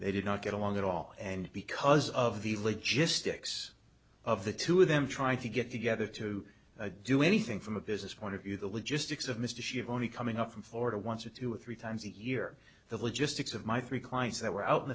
they did not get along at all and because of the logistics of the two of them trying to get together to do anything from a business point of view the logistics of mr shivani coming up from florida once or two or three times a year the logistics of my three clients that were out in